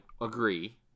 agree